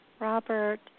Robert